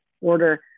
order